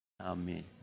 Amen